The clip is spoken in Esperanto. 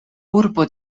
urbo